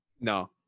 No